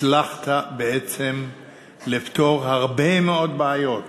הצלחת בעצם לפתור הרבה מאוד בעיות,